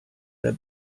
der